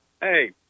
Hey